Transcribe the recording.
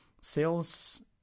sales